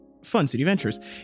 funcityventures